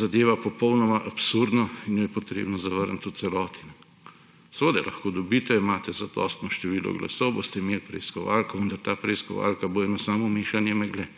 zadeva popolnoma absurdna in jo je treba zavrniti v celoti. Seveda lahko dobite, imate zadostno število glasov, boste imeli preiskovalko, vendar ta preiskovalka bo eno samo mešanje megle,